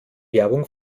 werbung